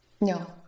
No